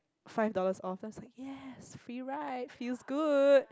five dollars off then I was like yes free ride feels good